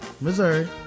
Missouri